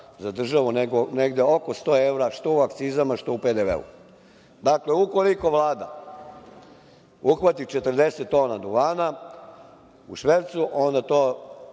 zadržava negde oko 100 evra, što u akcizama, što u PDV.Dakle, ukoliko Vlada uhvati 40 tona duvana u švercu, onda to